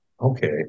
okay